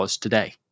today